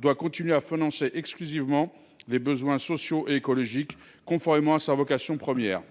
doit continuer à financer exclusivement les besoins sociaux et écologiques, conformément à sa vocation première,